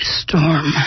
storm